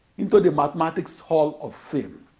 into the mathematics hall of fame.